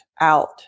out